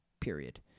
Period